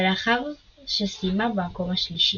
ולאחר שסיימה במקום השלישי.